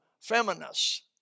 feminists